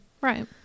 Right